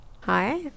Hi